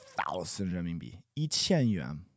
thousand人民币,一千元